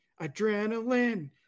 Adrenaline